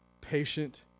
patient